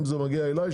אם זה מגיע אלי,